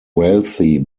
wealthy